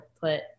put